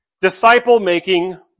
disciple-making